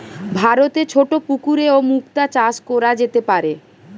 ভারতে ছোট পুকুরেও মুক্তা চাষ কোরা যেতে পারে